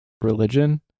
religion